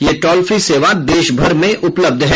यह toll free सेवा देशभर में उपलब्ध है